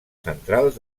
centrals